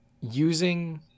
using